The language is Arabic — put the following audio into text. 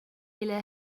إلى